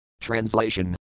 Translation